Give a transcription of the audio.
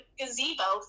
gazebo